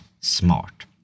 Smart